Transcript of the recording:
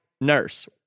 nurse